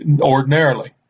ordinarily